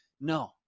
No